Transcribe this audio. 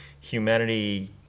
humanity